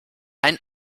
ein